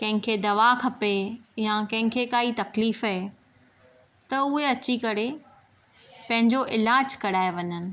कंहिंखे दवा खपे या कंहिंखे काई तकलीफ़ आहे त उहे अची करे पंहिंजो इलाजु कराए वञनि